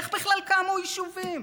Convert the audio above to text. איך בכלל קמו יישובים?